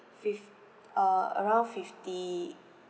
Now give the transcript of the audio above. fifth uh around fifty